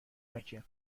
مکه